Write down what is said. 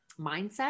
mindset